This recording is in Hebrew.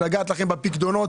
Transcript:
לגעת לכם בפיקדונות,